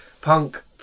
punk